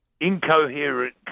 incoherent